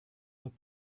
but